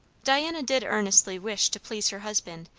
diana did earnestly wish to please her husband,